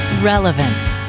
Relevant